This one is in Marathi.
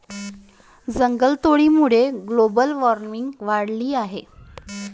जंगलतोडीमुळे ग्लोबल वार्मिंग वाढले आहे